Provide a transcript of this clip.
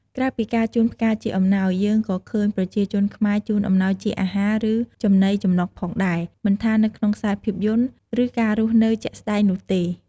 ក្រៅពីការជូនផ្កាជាអំណោយ យើងក៏ឃើញប្រជាជនខ្មែរ ជូនអំណោយជាអាហារ ឬចំណីចំនុកផងថា មិនថានៅក្នុងខ្សែភាពយន្ត ឬ ការរស់នៅជាក់ស្ដែងនោះទេ។